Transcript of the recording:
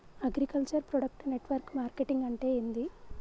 Agriculture product network marketing అంటే ఏంది?